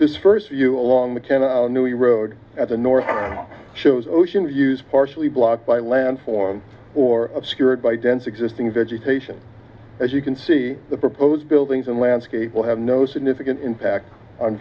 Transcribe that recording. this first view along the ten new road at the north shows ocean views partially blocked by land form or obscured by dense existing vegetation as you can see the proposed buildings and landscape will have no significant impact on